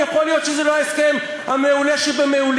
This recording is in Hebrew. יכול להיות שזה לא ההסכם המעולה שבמעולים,